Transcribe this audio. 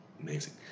Amazing